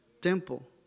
temple